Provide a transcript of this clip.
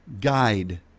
guide